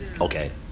Okay